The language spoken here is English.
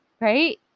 right